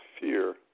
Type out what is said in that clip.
fear